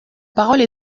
parole